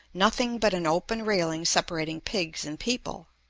nothing but an open railing separating pigs and people.